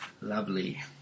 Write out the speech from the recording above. lovely